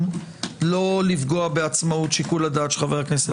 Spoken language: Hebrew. לא לפגוע בעצמאות שיקול הדעת של חבר הכנסת.